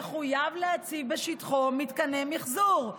יחויב להציב בשטחו מתקני מחזור,